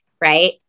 Right